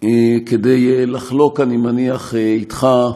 כדי לחלוק, אני מניח, איתך,